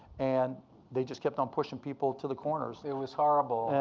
and they just kept on pushing people to the corners. it was horrible.